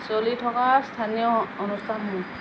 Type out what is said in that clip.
চলি থকা স্থানীয় অনুস্থানসমূহ